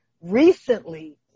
recently